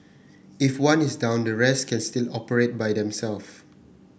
if one is down the rest can still operate by